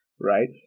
Right